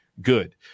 good